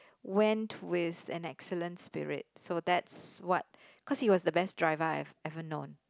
went with an excellence spirit so that's what cause he was the best driver I've ever known